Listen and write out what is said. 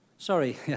Sorry